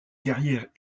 carrière